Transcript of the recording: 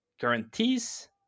guarantees